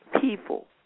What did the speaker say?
people